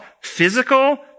physical